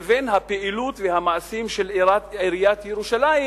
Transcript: לבין הפעילות והמעשים של עיריית ירושלים,